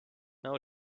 now